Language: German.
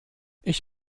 ich